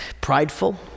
prideful